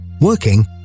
Working